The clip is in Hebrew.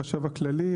החשב הכללי,